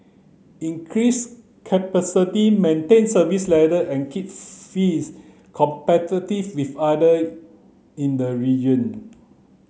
increase capacity maintain service level and keep fees competitive with other in the region